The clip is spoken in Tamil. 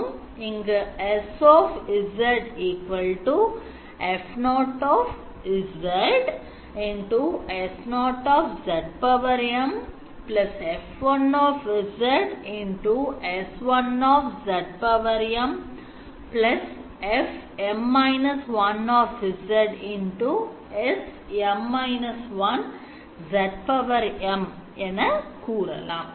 இங்கு S F0 S0 F1 S1 F M−1 SM −1 என கூறலாம்